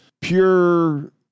pure